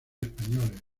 españoles